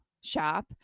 shop